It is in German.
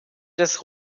des